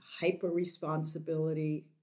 hyper-responsibility